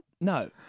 No